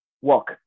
walk